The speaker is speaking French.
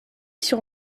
sur